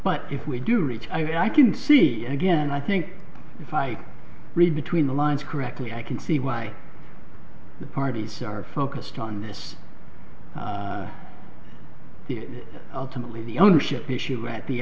but if we do reach i can see again i think if i read between the lines correctly i can see why the parties are focused on this it ultimately the ownership issue at the